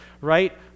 right